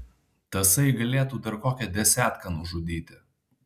tasai galėtų dar kokią desetką nužudyti